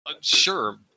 Sure